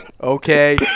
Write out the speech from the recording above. Okay